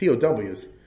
POWs